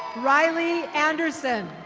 riley anderson.